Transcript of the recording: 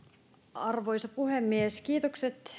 arvoisa puhemies kiitokset